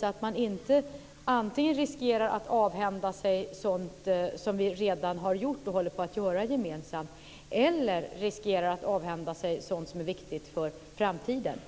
så att man inte antingen riskerar att avhända sig sådant som vi redan har gjort och håller på att göra gemensamt eller riskerar att avhända sig sådant som är viktigt för framtiden.